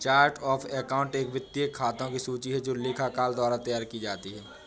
chart of account एक वित्तीय खातों की सूची है जो लेखाकार द्वारा तैयार की जाती है